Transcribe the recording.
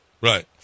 Right